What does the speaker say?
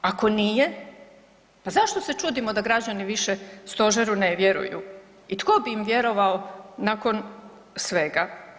Ako nije pa zašto se čudimo da građani više Stožeru ne vjeruju i tko bi im vjerovao nakon svega.